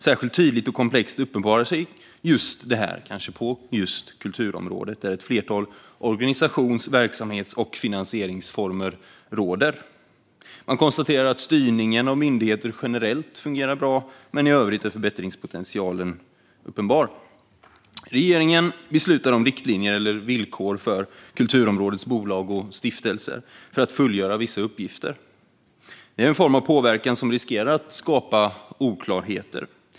Särskilt tydligt och komplext uppenbarar sig detta kanske på just kulturområdet där ett flertal organisations-, verksamhets och finansieringsformer finns. Man konstaterar att styrningen av myndigheter generellt fungerar bra. Men i övrigt är förbättringspotentialen uppenbar. Regeringen beslutar om riktlinjer eller villkor för kulturområdets bolag och stiftelser för att fullgöra vissa uppgifter. Det är en form av påverkan som riskerar att skapa oklarheter.